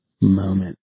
moment